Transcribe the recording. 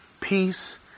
peace